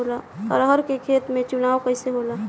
अरहर के खेत के चुनाव कइसे होला?